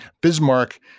Bismarck